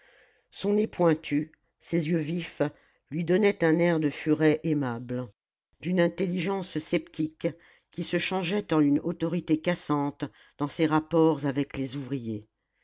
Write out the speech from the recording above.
son nez pointu ses yeux vifs lui donnaient un air de furet aimable d'une intelligence sceptique qui se changeait en une autorité cassante dans ses rapports avec les ouvriers